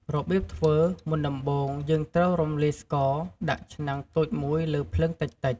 របៀបធ្វើមុនដំបូងយើងត្រូវរំលាយស្ករ ដាក់ឆ្នាំងតូចមួយលើភ្លើងតិចៗ។